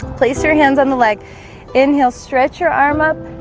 place your hands on the leg inhale stretch your arm up.